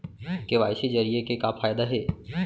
KYC जरिए के का फायदा हे?